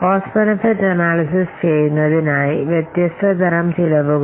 ഇതിൽ cost benefit analysis നടത്തുന്നതിനുള്ള മാർഗ്ഗം വ്യത്യസ്ത തരം ചെലവ് നമ്മൾ തിരിച്ചറിയണം